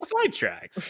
sidetrack